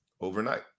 overnight